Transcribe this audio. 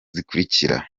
zikurikira